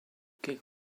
kick